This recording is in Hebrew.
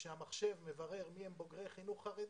שכאשר המחשב מברר מי הם בוגרי חינוך חרדי,